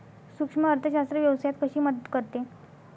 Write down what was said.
सूक्ष्म अर्थशास्त्र व्यवसायात कशी मदत करते?